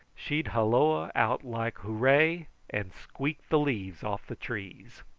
she'd holloa out like hooray, and squeak the leaves off the trees.